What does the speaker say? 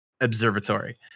Observatory